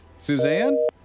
Suzanne